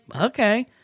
okay